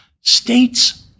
States